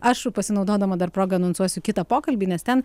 aš pasinaudodama dar proga anonsuosiu kitą pokalbį nes ten